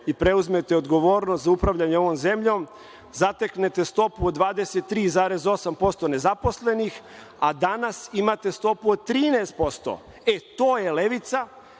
i preuzmete odgovornost za upravljanje ovom zemljom, zateknete stopu od 23,8% nezaposlenih, a danas imate stopu od 13%. To je levica.